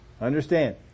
Understand